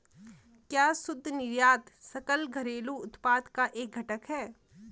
क्या शुद्ध निर्यात सकल घरेलू उत्पाद का एक घटक है?